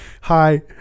Hi